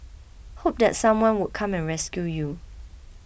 hope that someone would come and rescue you